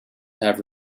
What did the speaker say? have